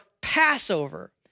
Passover